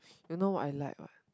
you know what I like what